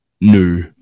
new